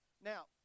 Now